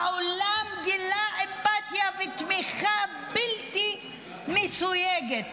העולם גילה אמפתיה ותמיכה בלתי מסויגות